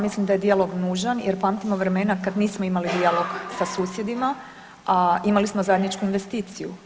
Mislim da je dijalog nužan jer pamtimo vremena kad nismo imali dijalog sa susjedima, a imali smo zajedničku investiciju.